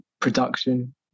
production